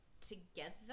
Together